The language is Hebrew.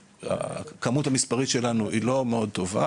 הכמות המספרית שלנו היא לא טובה.